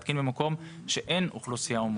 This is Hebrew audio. להתקין במקום שאין בו אוכלוסיה הומוגנית.